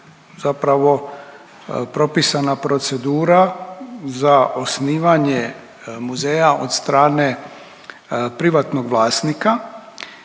zapravo propisana procedura za osnivanje muzeja od strane privatnog vlasnika